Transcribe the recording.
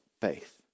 faith